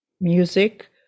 music